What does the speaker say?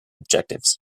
objectives